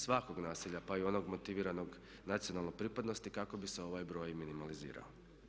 Svakog nasilja pa i onog motiviranog na nacionalnoj pripadnosti kako bi se ovaj broj minimalizirao.